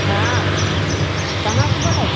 हॅं कहाँ सँ बोलै